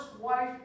wife